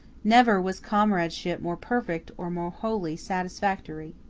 never was comradeship more perfect or more wholly satisfactory.